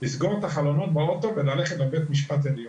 לסגור את החלונות באוטו וללכת לבית משפט עליון.